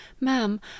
Ma'am